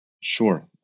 Sure